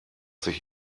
sich